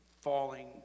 falling